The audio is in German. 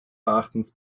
erachtens